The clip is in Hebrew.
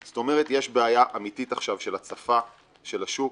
זאת אומרת שיש בעיה אמיתית עכשיו של הצפה של השוק